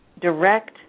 direct